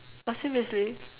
but seriously